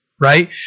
right